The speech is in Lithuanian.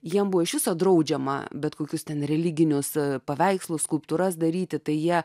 jiems buvo iš viso draudžiama bet kokius ten religinius paveikslus skulptūras daryti tai jie